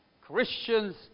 Christians